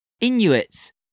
Inuits